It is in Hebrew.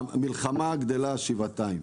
המלחמה גדלה שבעתיים.